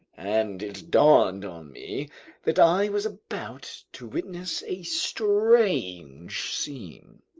and it dawned on me that i was about to witness a strange scene.